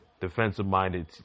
defensive-minded